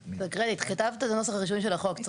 קרדיט, כתבת את הנוסח הראשון של החוק.